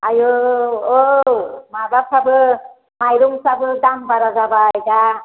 आयौ औ माबाफ्राबो माइरंफ्राबो दाम बारा जाबाय दा